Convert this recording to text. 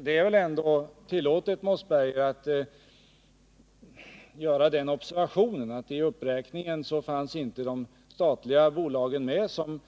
Det är väl ändå tillåtet, Holger Mossberg, att göra den observationen att i uppräkningen fanns inte de statliga bolagen med, men de